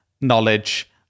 knowledge